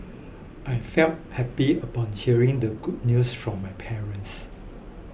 I felt happy upon hearing the good news from my parents